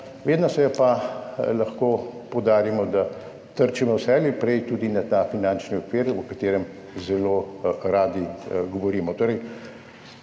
Vedno pa lahko poudarimo, da prej vselej trčimo tudi na ta finančni okvir, o katerem zelo radi govorimo.